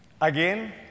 again